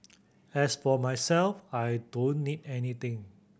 as for myself I don't need anything